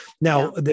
Now